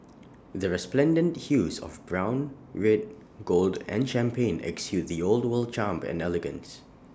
the resplendent hues of brown red gold and champagne exude the old world charm and elegance